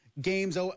games